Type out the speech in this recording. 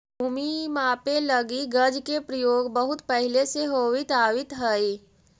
भूमि मापे लगी गज के प्रयोग बहुत पहिले से होवित आवित हइ